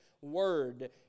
word